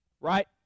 right